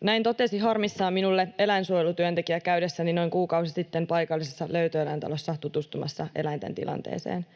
Näin totesi harmissaan minulle eläinsuojelutyöntekijä käydessäni noin kuukausi sitten paikallisessa löytöeläintalossa tutustumassa eläinten tilanteeseen.